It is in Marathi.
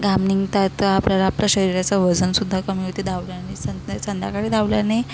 घाम निघत आहे तर आपल्याला आपल्या शरीराचं वजन सुद्धा कमी होते धावल्याने सं संध्याकाळी धावल्याने